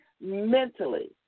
mentally